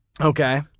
Okay